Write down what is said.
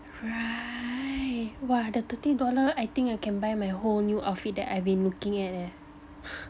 right !wah! the thirty dollar I think I can buy my whole new outfit that I've been looking at leh